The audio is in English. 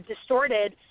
distorted